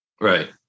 Right